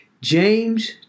James